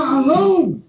alone